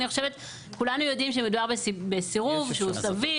אני חושבת שכולנו יודעים שמדובר בסירוב שהוא סביר.